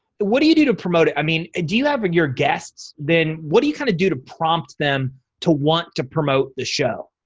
what do you do to promote it? i mean do you have your guests then what do you kind of do to prompt them to want to promote the show.